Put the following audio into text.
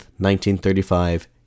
1935